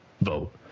vote